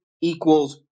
equals